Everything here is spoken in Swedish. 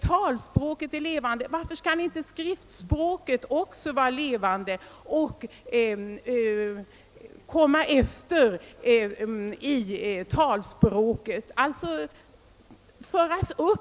Talspråket är levande och varför skall inte också skriftspråket vara levande och anpassas efter talspråket?